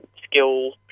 skill